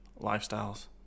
lifestyles